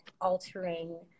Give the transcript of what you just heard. altering